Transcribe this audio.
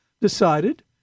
decided